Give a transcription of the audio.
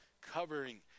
covering